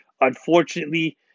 Unfortunately